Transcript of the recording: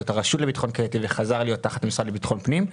הרשות לביטחון קהילתי וחזר להיות תחת משרד לביטחון פנים.